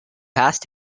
past